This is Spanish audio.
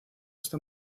esta